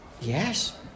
Yes